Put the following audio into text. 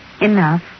Enough